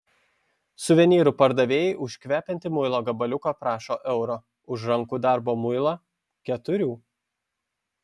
suvenyrų pardavėjai už kvepiantį muilo gabaliuką prašo euro už rankų darbo muilą keturių